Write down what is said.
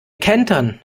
kentern